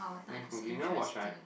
nice movie you never watch right